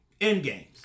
Endgames